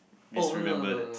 disremember that